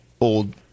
old